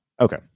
Okay